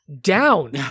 down